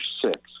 six